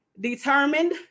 determined